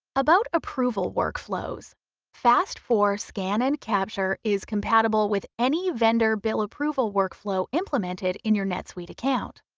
about approval workflows fast four scan and capture is compatible with any vendor bill approval workflow implemented in your netsuite account.